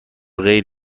غیر